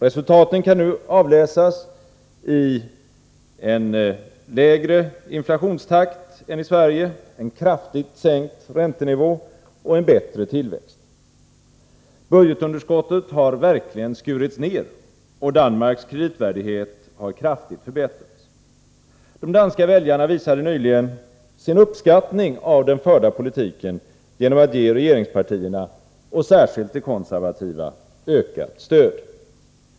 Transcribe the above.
Resultaten kan nu avläsas i en lägre inflationtakt än i Sverige, en kraftigt sänkt räntenivå och en bättre tillväxt. Budgetunderskottet har verkligen skurits ned, och Danmarks kreditvärdighet har kraftigt förbättrats. De danska väljarna visade nyligen sin uppskattning av den förda politiken genom att ge regeringspartierna — och särskilt det konservativa — ökat stöd.